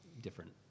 different